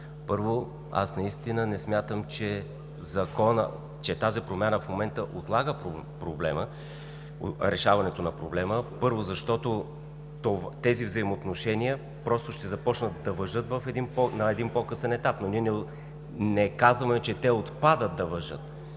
със стаж. Наистина не смятам, че промяната в Закона в момента отлага решаването на проблема. Първо, защото тези взаимоотношения ще започнат да важат на един по-късен етап. Ние не казваме, че те отпадат да важат.